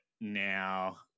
now